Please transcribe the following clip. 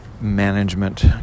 Management